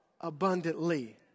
abundantly